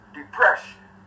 depression